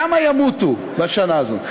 כמה ימותו בשנה הזאת?